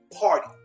Party